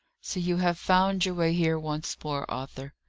so you have found your way here once more, arthur!